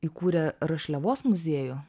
įkūrė rašliavos muziejų